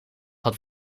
had